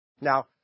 Now